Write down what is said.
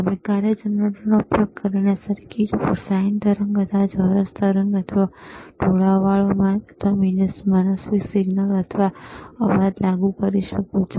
તમે આ કાર્ય જનરેટરનો ઉપયોગ કરીને સર્કિટ પર sin તરંગ અથવા ચોરસ તરંગ અથવા ઢોળાવવાળો માર્ગ અથવા મનસ્વી સિગ્નલ અથવા અવાજ લાગુ કરી શકો છો